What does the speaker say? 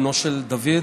בנו של דויד,